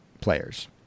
players